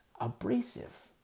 abrasive